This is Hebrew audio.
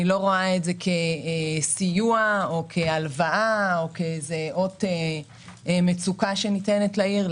אני לא רואה את זה כסיוע או כהלוואה או כסיוע מצוקה שניתן לעיר,